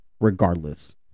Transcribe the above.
regardless